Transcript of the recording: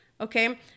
Okay